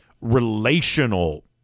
relational